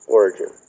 origin